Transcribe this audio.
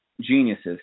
geniuses